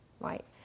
right